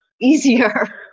easier